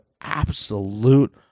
absolute